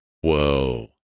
Whoa